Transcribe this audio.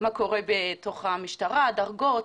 מה קורה בתוך המשטרה דרגות,